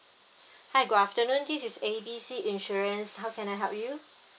hi good afternoon this is A B C insurance how can I help you